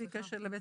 כמו שאת אומרת,